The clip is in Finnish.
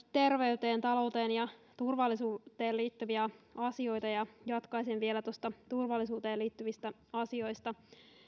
terveyteen talouteen ja turvallisuuteen liittyviä asioita ja jatkaisin vielä turvallisuuteen liittyvistä asioista